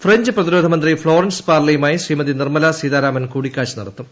French പ്രതിരോധ മന്ത്രി Florence പാർലിയുമായി ശ്രീമതി നിർമ്മല സീതാരാമൻ കൂടി ക്കാഴ്ച നടത്തും